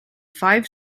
five